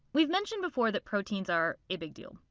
we've mentioned before that proteins are a big deal.